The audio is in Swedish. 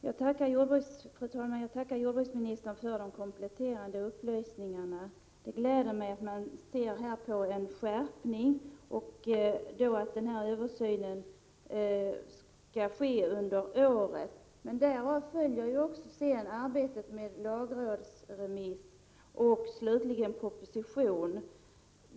Fru talman! Jag tackar jordbruksministern för de kompletterande upplysningarna. Det gläder mig att man tänker sig en skärpning och att översynen skall ske under året. Men därpå följer ju arbetet med lagrådsremiss och slutligen proposition.